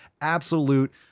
Absolute